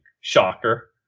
Shocker